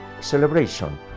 celebration